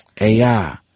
AI